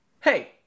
hey